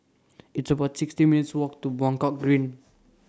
It's about sixty minutes' Walk to Buangkok Green